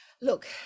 Look